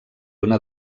una